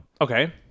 Okay